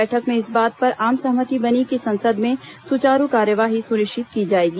बैठक में इस बात पर आम सहमति बनी कि संसद में सुचारू कार्यवाही सुनिश्चित की जाएगी